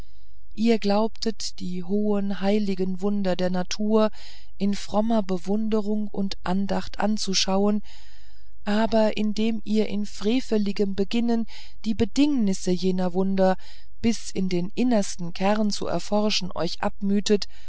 ihr glaubtet die hohen heiligen wunder der natur in frommer bewunderung und andacht anzuschauen aber indem ihr in freveligem beginnen die bedingnisse jener wunder bis in den innersten keim zu erforschen euch